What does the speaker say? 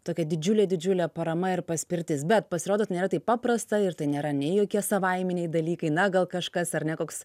tokia didžiulė didžiulė parama ir paspirtis bet pasirodo tai nėra taip paprasta ir tai nėra nei jokie savaiminiai dalykai na gal kažkas ar ne koks